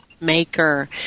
maker